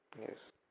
yes